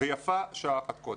ויפה שעה אחת קודם.